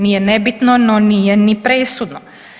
Nije nebitno, no nije ni presudno.